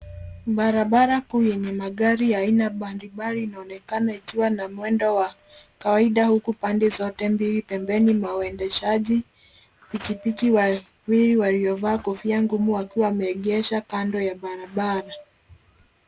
Barbara kuu yenye magari mbalimbali inaonekana ikiwa na mwendo wa kawaida huku pande zote mbili pembeni mawaendeshaji, pikipiki wawili waliovaa kofia ngumu wakiwa waneegesha kando ya barabara.